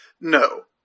No